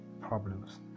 problems